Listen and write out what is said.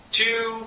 two